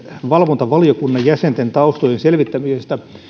valvontavaliokunnan jäsenten taustojen selvittämisestä